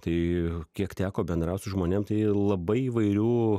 tai kiek teko bendraut žmonėm tai labai įvairių